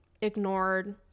ignored